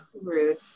Rude